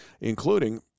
including